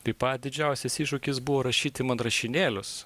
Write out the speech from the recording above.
taip pat didžiausias iššūkis buvo rašyti man rašinėlius